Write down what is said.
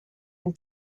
une